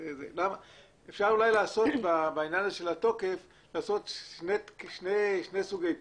אפשר אולי לעשות בעניין הזה של התוקף שני סוגי תוקף,